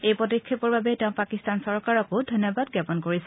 এই পদক্ষেপৰ বাবে তেওঁ পাকিস্তান চৰকাৰকো ধন্যবাদ জ্ঞাপন কৰিছে